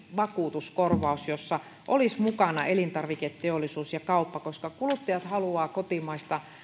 vakuutuskorvauksen jossa olisivat mukana elintarviketeollisuus ja kauppa koska kuluttajat haluavat kotimaista